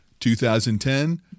2010